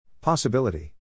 Possibility